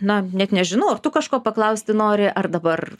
na net nežinau ar tu kažko paklausti nori ar dabar